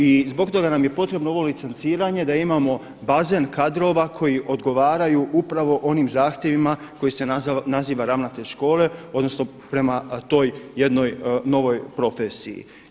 I zbog toga nam je potrebno ovo licenciranje da imamo bazen kadrova koji odgovaraju upravo onih zahtjevima koji se naziva ravnatelj škole odnosno prema toj jednoj novoj profesiji.